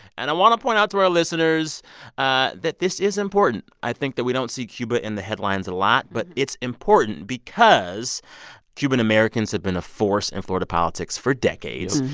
and i want to point out to our listeners ah that this is important. i think that we don't see cuba in the headlines a lot, but it's important because cuban-americans have been a force in florida politics for decades.